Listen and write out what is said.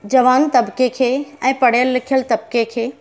जवान तबिके खे ऐं पढ़ियल लिखियल तबिके खे